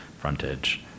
frontage